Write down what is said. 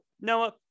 Noah